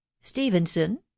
stevenson